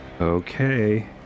Okay